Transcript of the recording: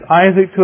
Isaac